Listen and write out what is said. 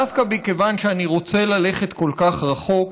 דווקא מכיוון שאני רוצה ללכת כל כך רחוק,